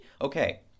Okay